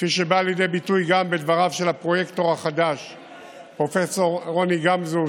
כפי שהיא באה לידי ביטוי גם בדבריו של הפרויקטור החדש פרופ' רוני גמזו,